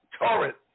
torrent